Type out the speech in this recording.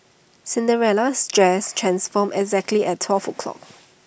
Cinderella's dress transformed exactly at twelve o'clock